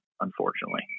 unfortunately